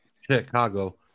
Chicago